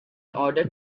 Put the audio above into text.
order